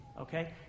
okay